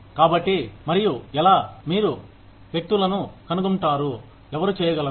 కాబట్టి మరియు ఎలా మీరు వ్యక్తులను కనుగొంటారు ఎవరు చేయగలరు